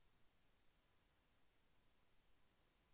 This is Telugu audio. ఎన్.బీ.ఎఫ్.సి మరియు బ్యాంక్ మధ్య తేడా ఏమిటీ?